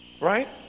Right